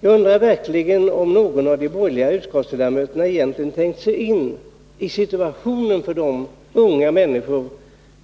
Jag undrar verkligen om någon av de borgerliga utskottsledamöterna egentligen tänkt sig in i situationen för de unga människor